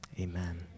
amen